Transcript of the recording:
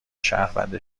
شهروند